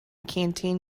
canteen